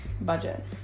budget